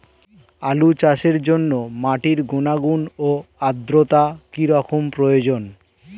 আলু চাষের জন্য মাটির গুণাগুণ ও আদ্রতা কী রকম প্রয়োজন?